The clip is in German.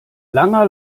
langer